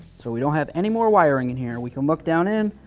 so we don't have any more wiring in here. we can look down in.